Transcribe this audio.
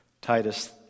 Titus